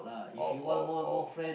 of of of